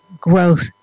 growth